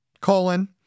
colon